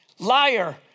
Liar